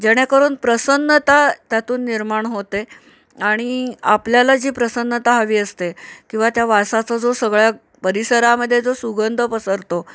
जेणेकरून प्रसन्नता त्यातून निर्माण होते आणि आपल्याला जी प्रसन्नता हवी असते किंवा त्या वासाचा जो सगळ्या परिसरामध्ये जो सुगंंध पसरतो